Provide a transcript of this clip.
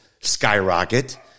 skyrocket